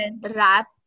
wrap